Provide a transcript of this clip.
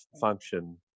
function